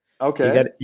Okay